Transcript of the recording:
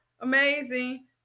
amazing